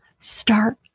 start